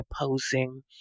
opposing